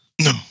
No